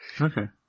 Okay